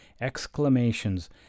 exclamations